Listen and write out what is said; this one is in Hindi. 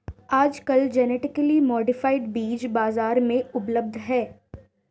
आजकल जेनेटिकली मॉडिफाइड बीज बाजार में उपलब्ध है